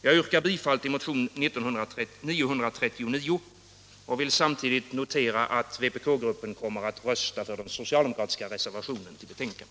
Jag yrkar bifall till motionen 939 och vill samtidigt notera att vpkgruppen kommer att rösta för den socialdemokratiska reservationen vid betänkandet.